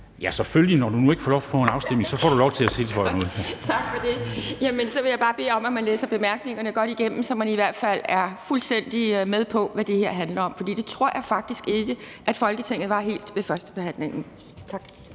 Ja, selvfølgelig, når du nu ikke får lov til at få en afstemning, får du lov til at tilføje noget. Kl. 10:03 (Ordfører) Pia Kjærsgaard (DF): Tak for det. Jamen så vil jeg bare bede om, at man læser bemærkningerne godt igennem, så man i hvert fald er fuldstændig med på, hvad det her handler om. For det tror jeg faktisk ikke helt at Folketinget var ved førstebehandlingen. Tak.